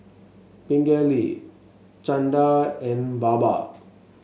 Pingali Chanda and Baba